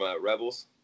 Rebels